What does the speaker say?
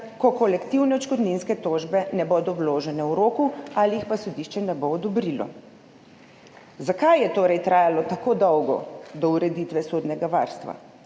ko kolektivne odškodninske tožbe ne bodo vložene v roku ali pa jih sodišče ne bo odobrilo. Zakaj je torej trajalo tako dolgo do ureditve sodnega varstva?